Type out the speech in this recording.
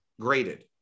graded